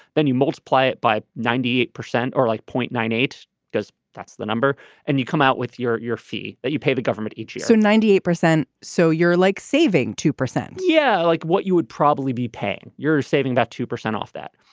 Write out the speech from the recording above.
then you multiply it by ninety eight percent or like point nine eight because that's the number and you come out with your your fee that you pay the government each so ninety eight percent. so you're like saving two percent yeah i like what you would probably be paying. you're saving about two percent off that.